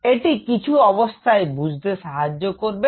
এটি কিছু অবস্থায় বুঝতে সাহায্য করবে